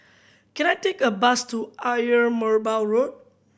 can I take a bus to Ayer Merbau Road